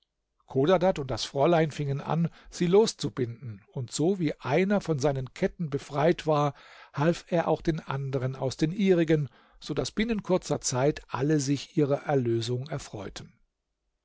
chodadad und das fräulein fingen an sie loszubinden und so wie einer von seinen ketten befreit war half er auch den anderen aus den ihrigen so daß binnen kurzer zeit alle sich ihrer erlösung erfreuten